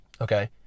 Okay